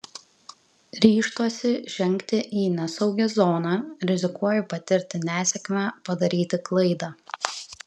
ryžtuosi žengti į nesaugią zoną rizikuoju patirti nesėkmę padaryti klaidą